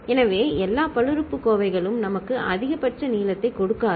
எனவே எல்லா பல்லுறுப்புக்கோவைகளும் நமக்கு அதிகபட்ச நீளத்தைக் கொடுக்காது